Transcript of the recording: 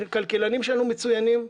הכלכלנים שלנו מצוינים,